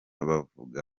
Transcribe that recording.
bavuga